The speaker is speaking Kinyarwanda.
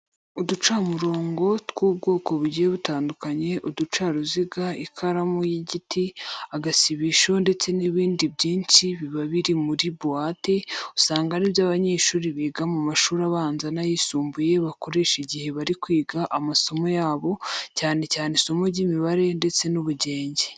Uducamurongo tw'ubwoko bugiye butandukanye, uducaruziga, ikaramu y'igiti, agasibisho ndetse n'ibindi byinshi biba biri muri buwate, usanga ari byo abanyeshuri biga mu mashuri abanza n'ayisumbuye bakoresha igihe bari kwiga amasomo yabo cyane cyane isomo ry'imibare ndetse n'ubugenge.